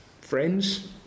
friends